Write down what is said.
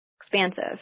Expansive